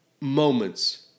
moments